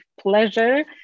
pleasure